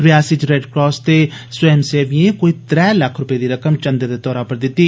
रियासी च रेडक्रास दे स्वयंसेविए कोई त्रै लक्ख रपे दी रकम चंदे दे तौर पर दिती